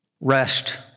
Rest